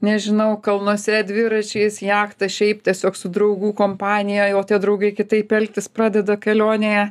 nežinau kalnuose dviračiais jachta šiaip tiesiog su draugų kompanija tie draugai kitaip elgtis pradeda kelionėje